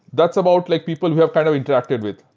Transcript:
that's about like people we have kind of interacted with.